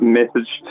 message